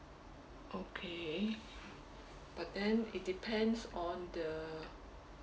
okay but then it depends on the